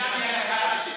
שאלה מהקהל.